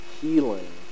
healing